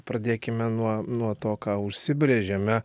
pradėkime nuo nuo to ką užsibrėžėme